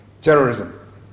terrorism